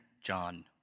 John